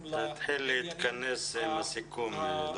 תתחיל להתכנס לסיכום.